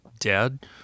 dad